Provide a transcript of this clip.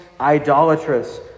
idolatrous